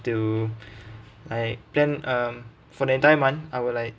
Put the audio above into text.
to like plan um for the entire month I will like